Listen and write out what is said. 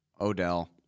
Odell